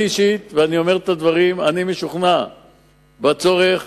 אני אישית משוכנע בצורך